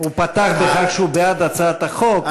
הוא פתח בכך שהוא בעד הצעת החוק,